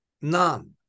none